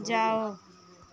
जाओ